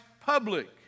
public